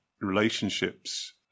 relationships